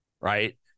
Right